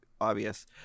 obvious